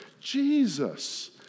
Jesus